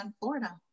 Florida